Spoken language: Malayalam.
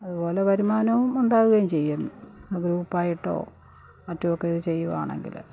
അതുപോലെ വരുമാനവും ഉണ്ടാവുകയും ചെയ്യും അത് ഗ്രൂപ്പായിട്ടോ മറ്റുമൊക്കെ ഇത് ചെയ്യുകയാണെങ്കില്